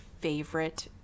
favorite